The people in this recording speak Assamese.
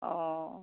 অঁ